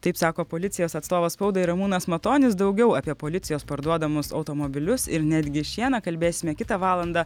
taip sako policijos atstovas spaudai ramūnas matonis daugiau apie policijos parduodamus automobilius ir netgi šieną kalbėsime kitą valandą